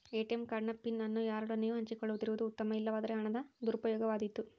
ATM card ನ PIN ಅನ್ನು ಯಾರೊಡನೆಯೂ ಹಂಚಿಕೊಳ್ಳದಿರುವುದು ಉತ್ತಮ, ಇಲ್ಲವಾದರೆ ಹಣದ ದುರುಪಯೋಗವಾದೀತು